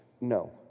no